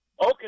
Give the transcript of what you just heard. Okay